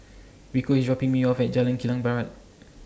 Rico IS dropping Me off At Jalan Kilang Barat